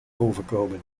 overkomen